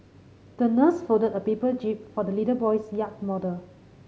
the nurse folded a paper jib for the little boy's yacht model